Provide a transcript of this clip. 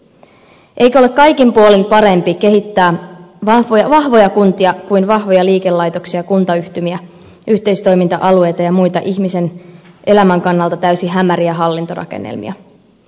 eikö ole kaikin puolin parempi kehittää vahvoja kuntia kuin vahvoja liikelaitoksia kuntayhtymiä yhteistoiminta alueita ja muita ihmisen elämän kannalta täysin hämäriä hallintorakennelmia